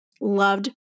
loved